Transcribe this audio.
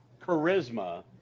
charisma